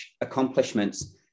accomplishments